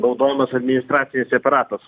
naudojamas administracinis aparatas